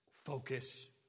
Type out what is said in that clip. Focus